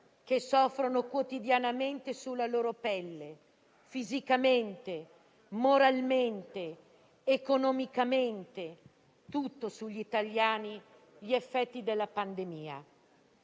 che soffrono quotidianamente sulla loro pelle, fisicamente, moralmente, economicamente - tutto su di loro - gli effetti della pandemia.